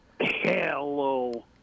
Hello